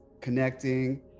connecting